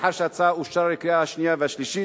לאחר שההצעה אושרה לקריאה השנייה והשלישית,